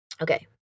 Okay